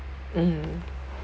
mm